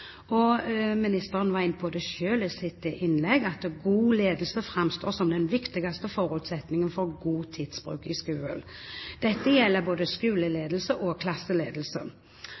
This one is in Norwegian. Ministeren var selv inne på det i sitt innlegg, at god ledelse framstår som den viktigste forutsetningen for god tidsbruk i skolen. Dette gjelder både skoleledelse og klasseledelse.